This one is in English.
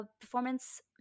performance